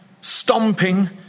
stomping